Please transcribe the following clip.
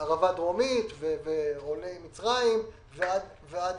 הערבה הדרומית ועולי מצרים ועד ייבוא.